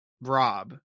Rob